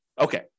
okay